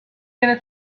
gonna